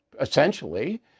essentially